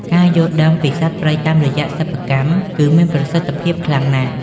ការយល់ដឹងពីសត្វព្រៃតាមរយៈសិប្បកម្ម គឺមានប្រសិទ្ធភាពខ្លាំងណាស់។